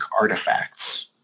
artifacts